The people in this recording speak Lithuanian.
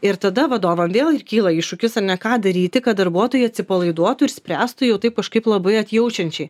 ir tada vadovam vėl ir kyla iššūkis ar ne ką daryti kad darbuotojai atsipalaiduotų ir spręstų jau taip kažkaip labai atjaučiančiai